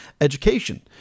education